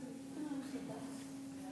מי השר, אדוני